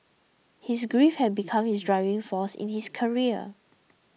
his grief had become his driving force in his career